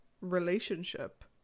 relationship